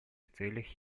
целях